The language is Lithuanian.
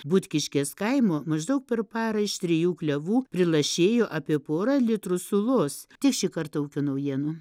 butkiškės kaimo maždaug per parą iš trijų klevų prilašėjo apie pora litrų sulos tiek šį kartą ūkio naujienų